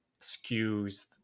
skews